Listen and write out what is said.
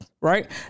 right